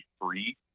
free